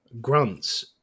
grunts